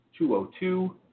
202-